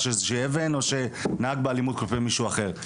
איזושהי אבן או נהג באלימות כלפי מישהו אחר.